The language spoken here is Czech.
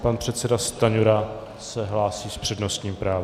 Pan předseda Stanjura se hlásí s přednostním právem.